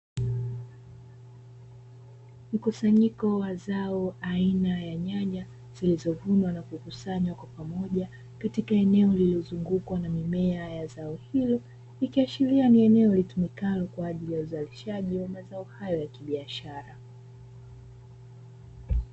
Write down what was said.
Mkusanyiko wa zao aina ya nyanya zilizovunwa nakukusanywa kwa pamoja, katika eneo lililozungukwa na mimea ya zao hili ikiashiria ni eneo litumikalo kwaajili ya uzalishaji wa mazao hayo ya kibiashara.